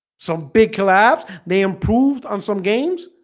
some big collabs they improved on some games